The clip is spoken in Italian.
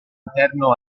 interno